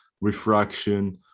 refraction